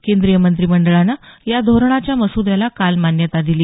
केंद्रीय मंत्रिमंडळानं या धोरणाच्या मसुद्याला काल मान्यता दिली